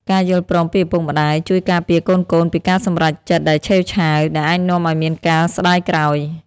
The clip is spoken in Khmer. ការយល់ព្រមពីឪពុកម្ដាយជួយការពារកូនៗពីការសម្រេចចិត្តដែលឆេវឆាវ ដែលអាចនាំឱ្យមានការស្ដាយក្រោយ។